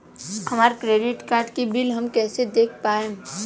हमरा credit card के bill हम कइसे देख पाएम?